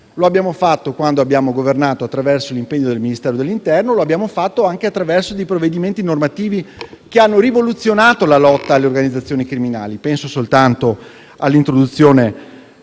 Lo abbiamo fatto quando abbiamo governato attraverso l'impegno del Ministero dell'interno; lo abbiamo fatto anche attraverso provvedimenti normativi che hanno rivoluzionato la lotta alle organizzazioni criminali. Penso soltanto all'introduzione